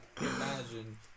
imagine